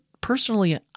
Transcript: personally